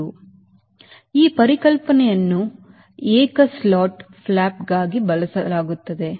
ಆದ್ದರಿಂದ ಈ ಪರಿಕಲ್ಪನೆಯನ್ನು ಏಕ ಸ್ಲಾಟ್ ಫ್ಲಾಪ್ಗಾಗಿ ಬಳಸಲಾಗುತ್ತದೆ